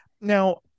Now